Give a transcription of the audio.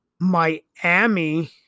Miami